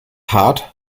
hart